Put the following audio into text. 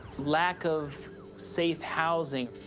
lack of safe housing,